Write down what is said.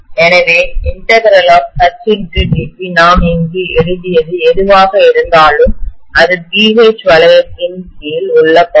எனவே H dB நாம் இங்கு எழுதியது எதுவாக இருந்தாலும் அது BH வளையத்தின் கீழ் உள்ள பகுதி